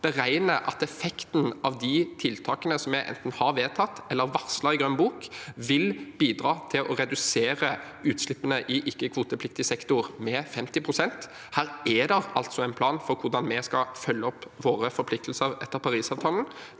beregner at effekten av de tiltakene vi enten har vedtatt eller varslet i Grønn bok, vil bidra til å redusere utslippene i ikke-kvotepliktig sektor med 50 pst. Her er det altså en plan for hvordan vi skal følge opp våre forpliktelser etter Parisavtalen.